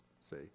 see